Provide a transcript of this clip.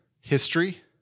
history